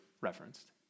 referenced